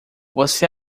você